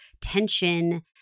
tension